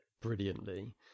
brilliantly